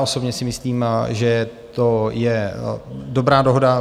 Osobně si myslím, že to je dobrá dohoda.